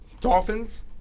Dolphins